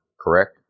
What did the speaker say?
Correct